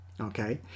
okay